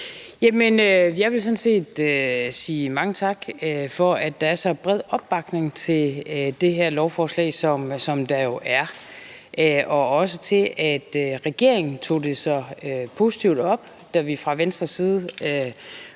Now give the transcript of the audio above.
Jeg vil sådan set sige mange tak for, at der er så bred opbakning til det her lovforslag, som der jo er, og også til, at regeringen tog det så positivt op, da vi fra Venstres side